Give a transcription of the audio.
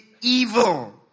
evil